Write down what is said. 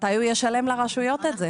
מתי הוא ישלם לרשויות את זה?